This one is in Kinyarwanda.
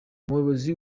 umuyobozi